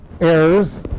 errors